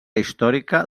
històrica